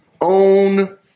own